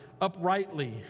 uprightly